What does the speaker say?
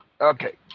Okay